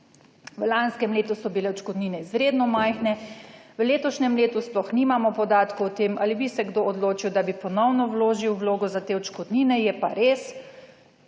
V lanskem letu so bile odškodnine izredno majhne, v letošnjem letu sploh nimamo podatkov o tem ali bi se kdo odločil, da bi ponovno vložil vlogo za te odškodnine. Je pa res -